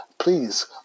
please